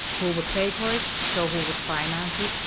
who would pay for it? so who would finance it?